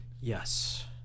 Yes